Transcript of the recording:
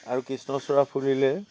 আৰু কৃষ্ণচূড়া ফুলিলে